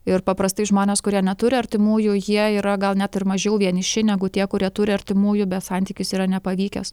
ir paprastai žmonės kurie neturi artimųjų jie yra gal net ir mažiau vieniši negu tie kurie turi artimųjų bet santykis yra nepavykęs